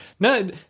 No